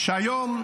היום,